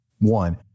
one